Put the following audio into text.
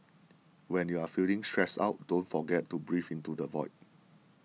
when you are feeling stressed out don't forget to breathe into the void